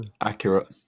accurate